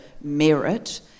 merit